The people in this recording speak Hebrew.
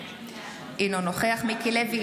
אינו נוכח מיקי לוי,